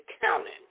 counting